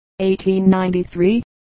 1893